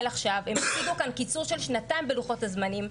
והציגו כאן קיצור של שנתיים בלוחות הזמנים.